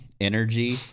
energy